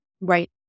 Right